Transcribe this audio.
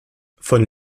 von